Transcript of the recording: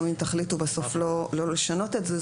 גם אם תחליטו בסוף לא לשנות את זה,